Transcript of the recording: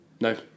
No